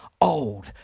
old